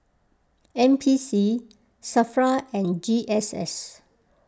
N P C Safra and G S S